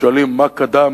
שואלים מה קדם,